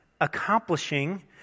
accomplishing